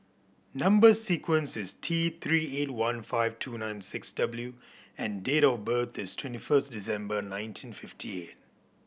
number sequence is T Three eight one five two nine six W and date of birth is twenty first December nineteen fifty eight